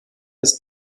des